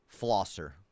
flosser